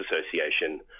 Association